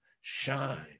shine